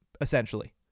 essentially